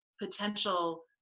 potential